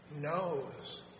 knows